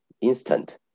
instant